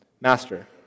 Master